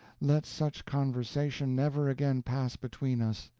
let such conversation never again pass between us.